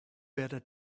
better